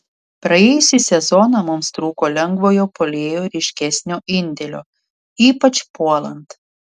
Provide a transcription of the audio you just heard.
praėjusį sezoną mums trūko lengvojo puolėjo ryškesnio indėlio ypač puolant